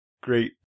Great